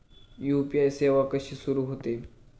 UPI सेवा कशी सुरू होते?